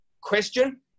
Question